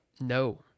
No